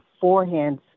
beforehand